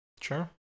sure